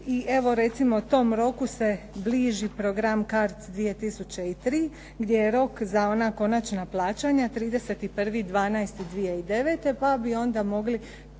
I evo recimo tom roku se bliži program CARDS 2003 gdje je rok za ona konačna plaćanja 31.12.2009. pa bi onda mogli